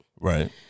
Right